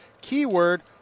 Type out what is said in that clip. keyword